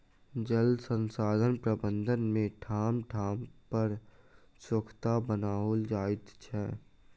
जल संसाधन प्रबंधन मे ठाम ठाम पर सोंखता बनाओल जाइत छै